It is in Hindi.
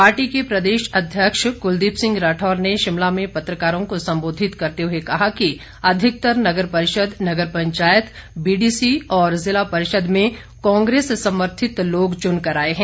पार्टी के प्रदेश अध्यक्ष कुलदीप सिंह राठौर ने शिमला में पत्रकारों को संबोधित करते हुए कहा कि अधिकतर नगर परिषद नगर पंचायत बीडीसी और जिला परिषद में कांग्रेस समर्थित लोग चुनकर आए हैं